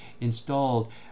installed